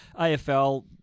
AFL